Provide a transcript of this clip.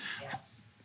Yes